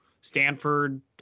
Stanford